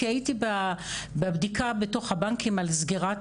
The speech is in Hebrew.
כי הייתי בבדיקה בתוך הבנקים על סגירת